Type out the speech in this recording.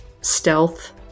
stealth